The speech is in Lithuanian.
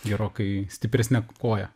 gerokai stipresne koja